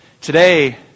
Today